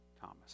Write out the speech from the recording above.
Thomas